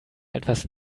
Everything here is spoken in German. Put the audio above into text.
etwas